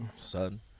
son